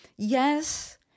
Yes